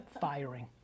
Firing